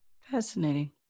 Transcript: Fascinating